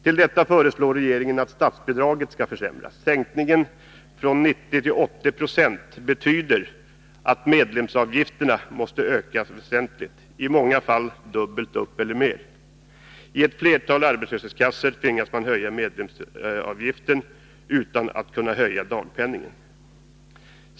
Till detta föreslår regeringen att statsbidragen skall försämras. Sänkningen från 90 till 80 96 betyder att medlemsavgifterna måste öka väsentligt, i många fall till det dubbla eller mer. I ett flertal arbetslöshetskassor tvingas man höja medlemsavgiften utan att kunna höja dagpenningen.